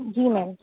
جی میم